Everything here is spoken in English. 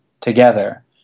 together